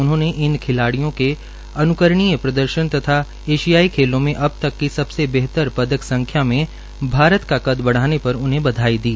उन्होंने इन खिलाडियों अनुकरणीय प्रदर्शन तथा एशियाई खेलों में अब तक की सबसे बेहतर पदक संख्या में भारत के कद बढ़ाने पर उन्हें बधाई दी